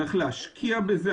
צריך להשקיע בזה.